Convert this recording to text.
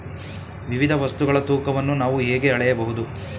ವಿವಿಧ ವಸ್ತುಗಳ ತೂಕವನ್ನು ನಾವು ಹೇಗೆ ಅಳೆಯಬಹುದು?